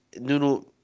Nuno